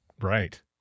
Right